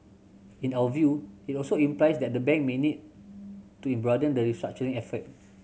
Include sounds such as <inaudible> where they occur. in our view it also implies that the bank may need to <unintelligible> broaden the restructuring effort